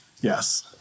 Yes